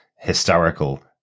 historical